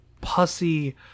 pussy